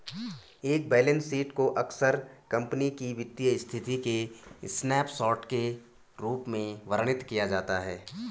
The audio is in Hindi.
एक बैलेंस शीट को अक्सर कंपनी की वित्तीय स्थिति के स्नैपशॉट के रूप में वर्णित किया जाता है